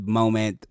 moment